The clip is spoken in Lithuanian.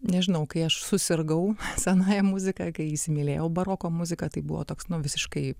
nežinau kai aš susirgau senąja muzika kai įsimylėjau baroko muziką tai buvo toks nuo visiškai